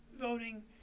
voting